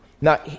Now